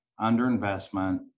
underinvestment